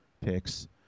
picks